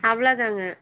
அவ்வளோ தான்ங்க